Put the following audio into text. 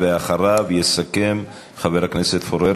אחריו יסכם חבר הכנסת פורר.